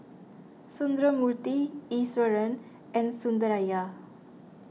Sundramoorthy Iswaran and Sundaraiah